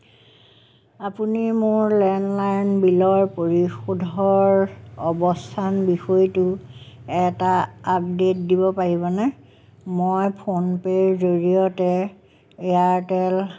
আপুনি মোৰ লেণ্ডলাইন বিলৰ পৰিশোধৰ অৱস্থান বিষয়টো এটা আপডেট দিব পাৰিবনে মই ফোনপেৰ জৰিয়তে এয়াৰটেল